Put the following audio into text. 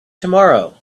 tomorrow